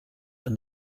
and